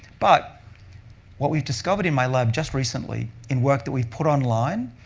but what we've discovered in my lab just recently in work that we've put online,